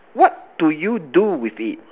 what do you do with it